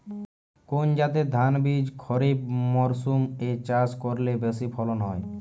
কোন জাতের ধানবীজ খরিপ মরসুম এ চাষ করলে বেশি ফলন হয়?